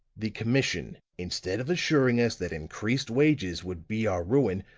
the commission, instead of assuring us that increased wages would be our ruin,